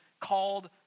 called